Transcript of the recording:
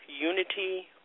unity